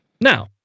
Now